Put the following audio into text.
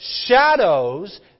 shadows